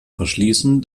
verschließen